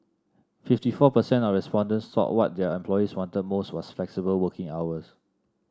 fifty four percent of respondents thought what their employees wanted most was flexible working hours